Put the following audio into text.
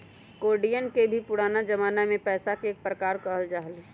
कौडियवन के भी पुराना जमाना में पैसा के एक प्रकार कहल जा हलय